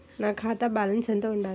నా ఖాతా బ్యాలెన్స్ ఎంత ఉండాలి?